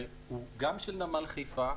הוא גם של נמל חיפה.